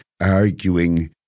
arguing